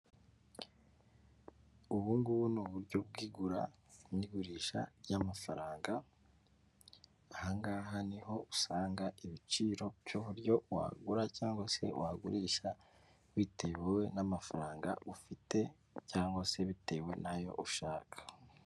Ubu ngubu ni uburyo bw'igura n'igurisha ry'amafaranga, aha ngaha niho usanga ibiciro by'uburyo wagura cyangwa se wagurisha bitewe n'amafaranga ufite cyangwa se bitewe n'ayo ushaka.